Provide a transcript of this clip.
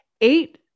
eight